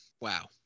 Wow